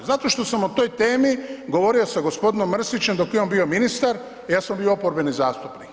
Zato što sam o toj temi govorio sa gospodinom Mrsićem dok je on bio ministar, ja sam bio oporbeni zastupnik.